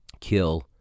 kill